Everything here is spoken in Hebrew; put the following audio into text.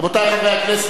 רבותי חברי הכנסת,